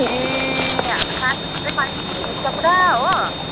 ए हाम्रो सासूको त खै भुँडी दुख्छ पुरा हो